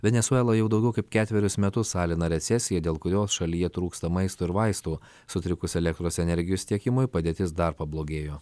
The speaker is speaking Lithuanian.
venesuela jau daugiau kaip ketverius metus alina recesiją dėl kurios šalyje trūksta maisto ir vaistų sutrikus elektros energijos tiekimui padėtis dar pablogėjo